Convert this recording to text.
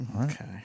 Okay